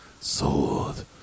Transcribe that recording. Sold